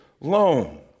loan